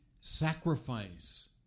sacrifice